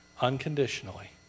unconditionally